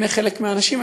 בעיני חלק מהאנשים,